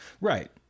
Right